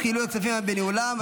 חילוט הכספים וניהולם),